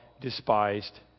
despised